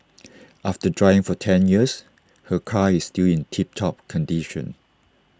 after driving for ten years her car is still in tip top condition